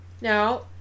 now